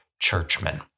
churchmen